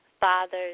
fathers